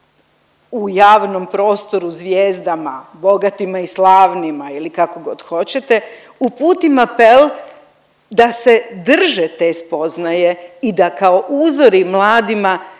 u javnom prostoru zvijezdama bogatima i slavnima ili kako god hoćete uputim apel da se drže te spoznaje i da kao uzori mladima